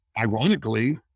ironically